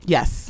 Yes